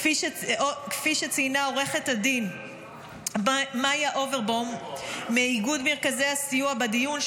כפי שציינה עו"ד מיה אוברבאום מאיגוד מרכזי הסיוע בדיון,